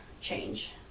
change